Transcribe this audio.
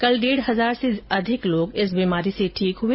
कल डेढ़ हजार से अधिक लोग इस बीमारी से ठीक हुए